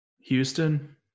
Houston